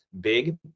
big